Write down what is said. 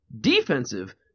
defensive